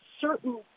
certain